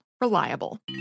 Reliable